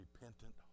repentant